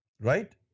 Right